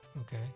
Okay